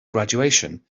graduation